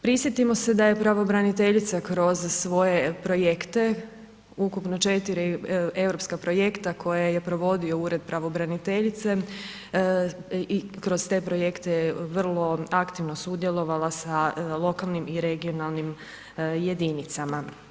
Prisjetimo se da je pravobraniteljica kroz svoje projekte, ukupno 4 europska projekta koja je provodio ured pravobraniteljice, i kroz te projekte je vrlo aktivno sudjelovala sa lokalnim i regionalnim jedinicama.